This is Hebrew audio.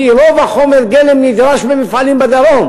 כי רוב חומר הגלם נדרש במפעלים בדרום.